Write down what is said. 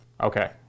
Okay